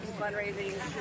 fundraising